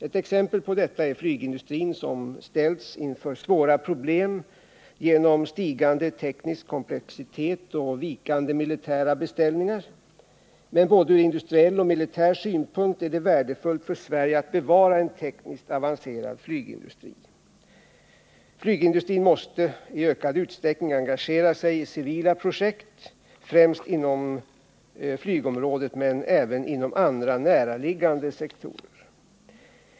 Ett exempel på detta är flygindustrin, som ställts inför svåra problem genom stigande teknisk komplexitet och vikande militära beställningar. Men både ur industriell och militär synpunkt är det värdefullt för Sverige att bevara en tekniskt avancerad flygindustri. Flygindustrin måste i ökad utsträckning engagera sig i civila projekt, främst inom flygområdet men även inom andra näraliggande sektorer.